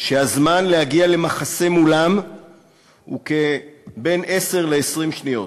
שהזמן להגיע למחסה מפניהם הוא בין עשר ל-20 שניות,